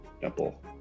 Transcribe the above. temple